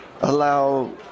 allow